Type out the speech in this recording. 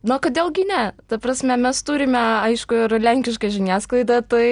na o kodėl gi ne ta prasme mes turime aišku ir lenkišką žiniasklaidą tai